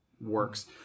works